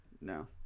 no